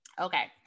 Okay